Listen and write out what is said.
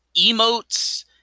emotes